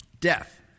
death